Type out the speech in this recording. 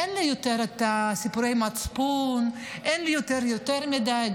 אין לי יותר סיפורי מצפון, ואין לי יותר יותר מדי.